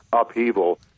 upheaval